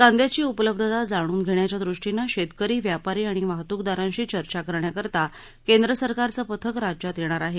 कांदयाची उपलब्धता जाणून घेण्याच्या दृष्टीनं शेतकरी व्यापारी आणि वाहत्रकदारांशी चर्चा करण्याकरता केंद्रसरकारचं पथक राज्यात येणार आहे